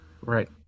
Right